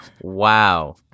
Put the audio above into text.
Wow